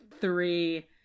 three